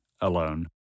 alone